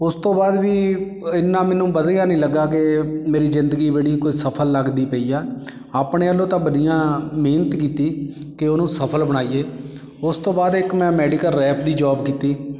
ਉਸ ਤੋਂ ਬਾਅਦ ਵੀ ਇੰਨਾਂ ਮੈਨੂੰ ਵਧੀਆ ਨਹੀਂ ਲੱਗਾ ਕਿ ਮੇਰੀ ਜ਼ਿੰਦਗੀ ਬੜੀ ਕੋਈ ਸਫਲ ਲੱਗਦੀ ਪਈ ਆ ਆਪਣੇ ਵੱਲੋਂ ਤਾਂ ਵਧੀਆ ਮਿਹਨਤ ਕੀਤੀ ਕਿ ਉਹਨੂੰ ਸਫਲ ਬਣਾਈਏ ਉਸ ਤੋਂ ਬਾਅਦ ਇੱਕ ਮੈਂ ਮੈਡੀਕਲ ਰੈਪ ਦੀ ਜੋਬ ਕੀਤੀ